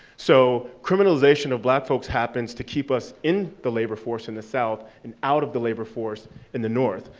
so criminalization of black folks happens to keep us in the labor force in the south and out of the labor force in the north.